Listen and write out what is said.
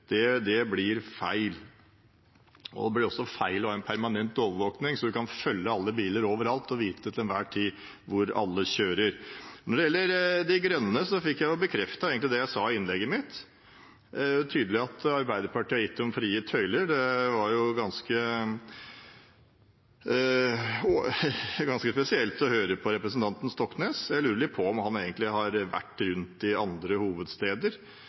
prosjekter. Det blir feil. Det blir også feil å ha en permanent overvåking, som gjør at man kan følge alle biler overalt, og vite til enhver tid hvor alle kjører. Når det gjelder De Grønne, fikk jeg egentlig bekreftet det jeg sa i innlegget mitt. Det er tydelig at Arbeiderpartiet har gitt dem frie tøyler. Det var ganske spesielt å høre på representanten Stoknes. Jeg lurer på om han egentlig har vært rundt i andre hovedsteder,